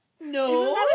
No